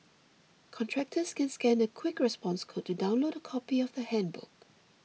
contractors can scan a quick response code to download a copy of the handbook